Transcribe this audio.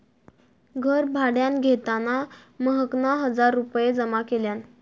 घर भाड्यान घेताना महकना हजार रुपये जमा केल्यान